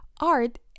art